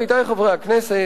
עמיתי חברי הכנסת,